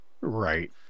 Right